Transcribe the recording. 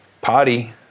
party